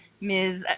Ms